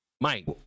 Mike